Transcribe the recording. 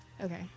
Okay